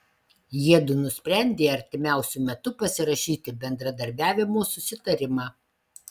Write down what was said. jiedu nusprendė artimiausiu metu pasirašyti bendradarbiavimo susitarimą